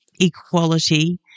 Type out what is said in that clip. equality